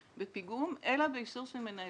בפיגום אלא באישור של מנהל עבודה.